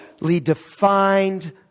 defined